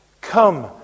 come